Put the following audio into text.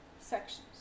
sections